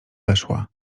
weszła